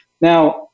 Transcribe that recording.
Now